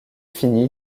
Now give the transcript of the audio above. finit